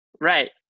Right